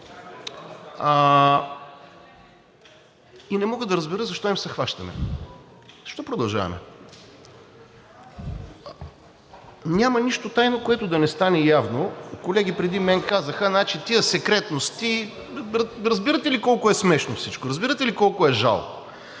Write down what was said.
И не мога да разбера защо им се хващаме? Защо продължаваме? Няма нищо тайно, което да не стане явно. Колеги преди мен казаха, значи тези секретности, разбирате ли колко е смешно всичко. Разбирате ли колко е жалко.